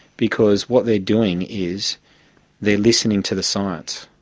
because what they're doing is they're listening to the science.